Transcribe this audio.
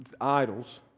idols